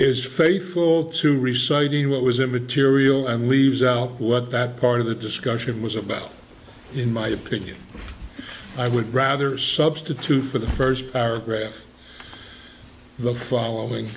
is faithful to reciting what was immaterial and leaves out what that part of the discussion was about in my opinion i would rather substitute for the first paragraph the following